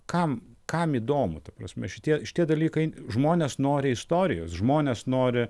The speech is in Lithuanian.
kam kam įdomu ta prasme šitie šitie dalykai žmonės nori istorijos žmonės nori